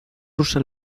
rusa